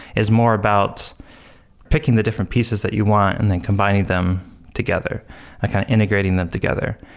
is more about picking the different pieces that you want and then combining them together, like kind of integrating them together.